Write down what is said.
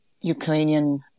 Ukrainian